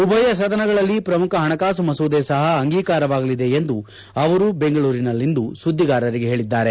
ಉಭಯ ಸದನಗಳಲ್ಲಿ ಶ್ರಮುಖ ಹಣಕಾಸು ಮಸೂದೆ ಸಹ ಅಂಗೀಕಾರವಾಗಲಿದೆ ಎಂದು ಅವರು ಬೆಂಗಳೂರಿನಲ್ಲಿಂದು ಸುದ್ದಿಗಾರರಿಗೆ ಹೇಳಿದ್ದಾರೆ